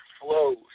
flows